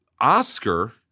Oscar